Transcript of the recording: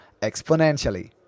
exponentially